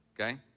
okay